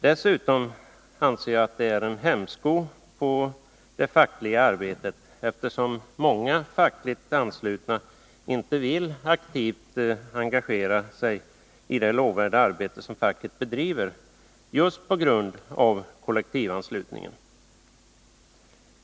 Dessutom anser jag att det är en hämsko på det fackliga arbetet, eftersom många fackligt anslutna inte vill aktivt engagera sig i det lovvärda arbete som facket bedriver, just på grund av kollektivanslutningen.